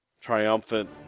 triumphant